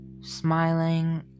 smiling